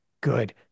good